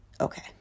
okay